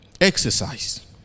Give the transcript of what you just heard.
exercise